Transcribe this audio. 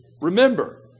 Remember